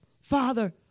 Father